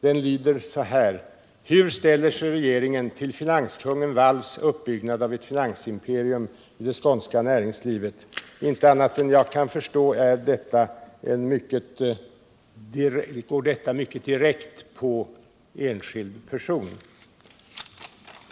Den lyder: ”Hur ställer sig regeringen till finanskungen Walls uppbyggnad av ett finansimperium i det skånska näringslivet?” Inte annat än jag kan förstå går denna fråga mycket direkt på enskild person.